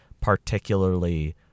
particularly